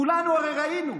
כולנו הרי ראינו: